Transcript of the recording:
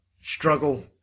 struggle